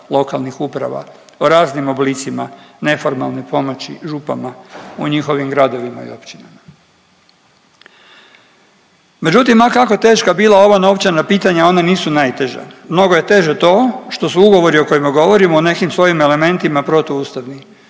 lokanih uprava o raznim oblicima neformalne pomoći župama u njihovim gradovima i općinama. Međutim, ma kako teška bila ova novčana pitanja, ona nisu najteža. Mnogo je teže to što su ugovori o kojima govorimo u nekim svojim elementima protuustavni